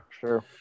sure